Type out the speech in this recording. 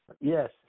Yes